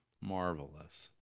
Marvelous